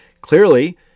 clearly